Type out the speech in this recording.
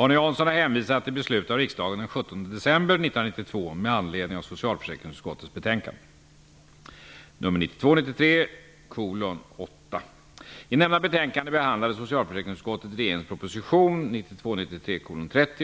Arne Jansson har hänvisat till be slut av riksdagen den 17 december 1992 med an ledning av socialförsäkringsutskottets betän kande 1992/93:SfU8.